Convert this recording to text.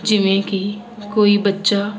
ਜਿਵੇਂ ਕਿ ਕੋਈ ਬੱਚਾ